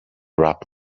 rap